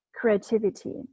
creativity